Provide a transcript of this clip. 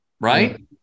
right